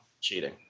cheating